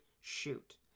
shoot